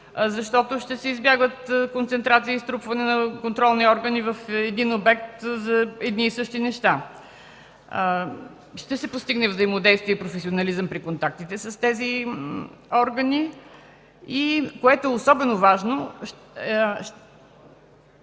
защото ще се избягват концентрация и струпване на контролни органи в един обект за едни и същи неща. Ще се постигне взаимодействие и професионализъм при контактите с тези органи и, което е особено важно,